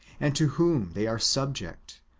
and to whom they are subject.